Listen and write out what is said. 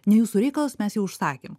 ne jūsų reikalas mes jau užsakėm